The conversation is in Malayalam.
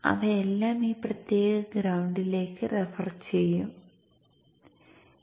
അവ എല്ലാം ഈ പ്രത്യേക ഗ്രൌണ്ടിലേക്ക് റഫർ ചെയ്യപ്പെടും